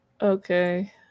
Okay